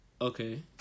Okay